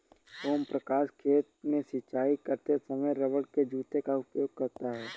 ओम प्रकाश खेत में सिंचाई करते समय रबड़ के जूते का उपयोग करता है